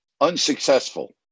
unsuccessful